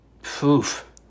poof